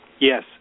Yes